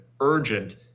urgent